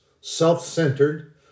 self-centered